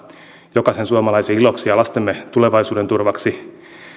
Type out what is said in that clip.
jokaisen suomalaisen iloksi ja lastemme tulevaisuuden turvaksi